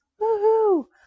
Woohoo